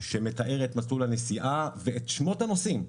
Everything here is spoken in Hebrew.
שמתאר את מסלול הנסיעה ואת שמות הנוסעים.